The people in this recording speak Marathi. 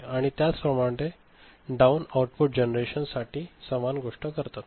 आणि त्याचप्रमाणे डाउन आउटपुट जनरेशन साठी समान गोष्ट करतात